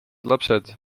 lapsed